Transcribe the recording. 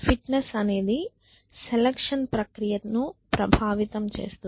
fitness అనేది selection ప్రక్రియను ప్రభావితం చేస్తుంది